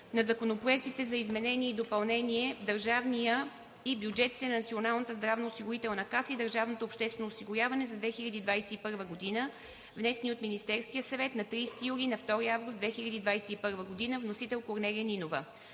на законопроектите за изменения и допълнения в държавния и бюджетите на Националната здравноосигурителна каса и държавното обществено осигуряване за 2021 г., внесени от Министерския съвет на 30 юли и на 2 август 2021 г. Вносител – народният